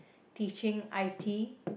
teaching I_T